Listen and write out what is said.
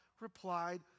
replied